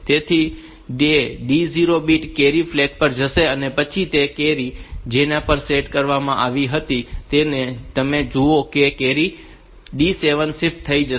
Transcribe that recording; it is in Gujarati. તેથી તે D0 બીટ કેરી પર જશે અને પછી તે કેરી કે જેને એક પર સેટ કરવામાં આવી હતી તેને જેમ તમે અહીં જુઓ છો કે તે કેરી હવે D 7 પર શિફ્ટ થઈ જશે